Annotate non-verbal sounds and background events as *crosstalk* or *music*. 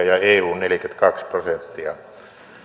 *unintelligible* ja eun neljäkymmentäkaksi prosenttia